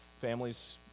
families